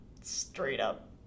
straight-up